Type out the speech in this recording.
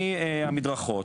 מהמדרכות,